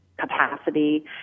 capacity